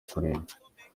kureba